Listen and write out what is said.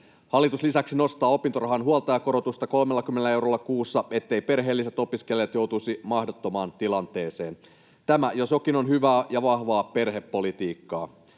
Hallitus lisäksi nostaa opintorahan huoltajakorotusta 30 eurolla kuussa, etteivät perheelliset opiskelijat joutuisi mahdottomaan tilanteeseen. Tämä jos jokin on hyvää ja vahvaa perhepolitiikkaa.